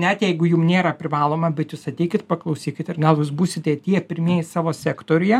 net jeigu jum nėra privaloma bet jūs ateikit paklausykit ir gal jūs būsite tie pirmieji savo sektoriuje